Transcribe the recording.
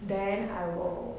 then I will